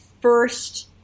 first